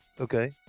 Okay